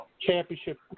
championship